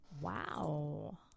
Wow